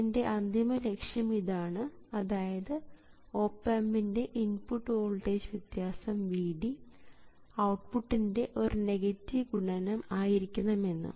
എൻറെ അന്തിമ ലക്ഷ്യം ഇതാണ് അതായത് ഓപ് ആമ്പിൻറെ ഇൻപുട്ട് വോൾട്ടേജ് വ്യത്യാസം Vd ഔട്ട്പുട്ടിൻറെ ഒരു നെഗറ്റീവ് ഗുണനം ആയിരിക്കണമെന്ന്